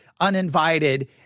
uninvited